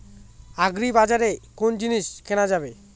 আগ্রিবাজারে কোন জিনিস কেনা যাবে?